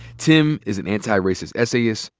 tim is an anti-racist essayist,